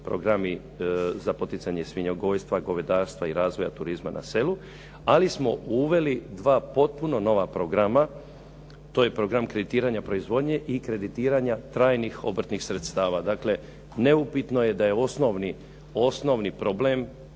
programi za poticanje svinjogojstva, govedarstva i razvoj turizma na selu, ali smo uveli dva potpuno nova programa. To je Program kreditiranja proizvodnje i kreditiranja trajnih obrtnih sredstava. Dakle neupitno je da je osnovni problem